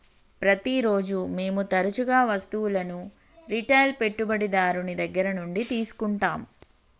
ప్రతిరోజు మేము తరచుగా వస్తువులను రిటైల్ పెట్టుబడిదారుని దగ్గర నుండి తీసుకుంటాం